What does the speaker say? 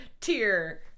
tier